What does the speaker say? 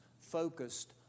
focused